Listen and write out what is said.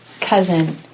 cousin